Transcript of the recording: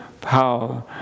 power